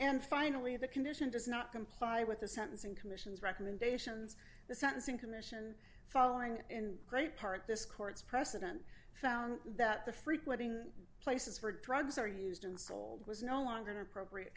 and finally the condition does not comply with the sentencing commission's recommendations the sentencing commission following in great part this court's precedent found that the frequenting places for drugs are used and sold was no longer an appropriate